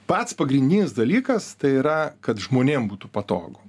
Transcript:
pats pagrindinis dalykas tai yra kad žmonėm būtų patogu